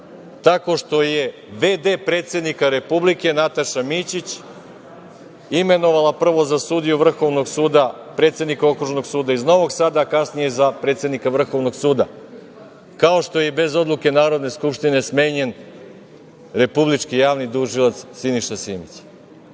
tako što je v.d. predsednika Republike, Nataša Mićić imenovala prvo za sudiju Vrhovnog suda predsednika Okružnog suda iz Novog Sada, a kasnije za predsednika za Vrhovnog suda. Kao što je i bez odluke Narodne skupštine smenjen Republički javni tužilac, Siniša Simić.